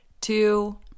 two